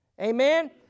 Amen